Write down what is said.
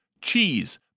cheese